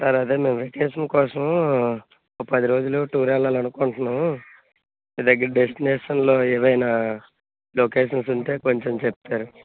sir అదే మేము vacation కోసము ఓ పది రోజులు టూర్ వెళ్లాలని అనుకుంటున్నాం మీ దగ్గర డెస్టినేషన్లో ఏవైనా లొకేషన్స్ ఉంటె కొంచెం చెప్తారా